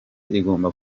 igomba